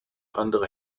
andere